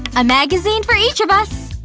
a magazine for each of us!